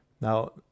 Now